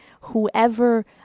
whoever